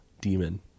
Demon